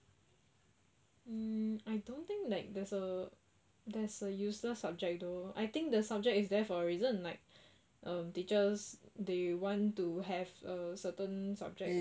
mm I don't think like there is a there is a useless subject though I think the subject is there for a reason like um teachers they want to have a certain subject